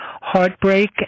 heartbreak